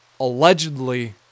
Allegedly